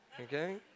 Okay